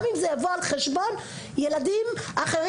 גם אם זה יבוא על חשבון ילדים אחרים,